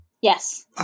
Yes